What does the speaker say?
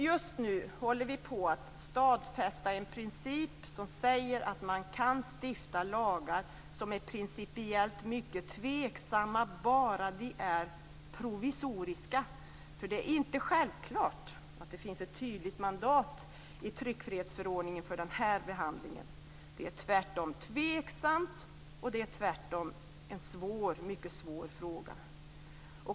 Just nu håller vi på att stadfästa en princip som säger att man kan stifta lagar som är principiellt mycket tveksamma bara de är provisoriska, för det är inte självklart att det finns ett tydligt mandat i tryckfrihetsförordningen för den här behandlingen. Detta är tvärtom både tveksamt och en mycket svår fråga.